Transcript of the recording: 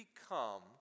become